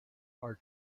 are